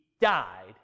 died